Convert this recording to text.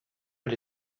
but